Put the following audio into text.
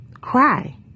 cry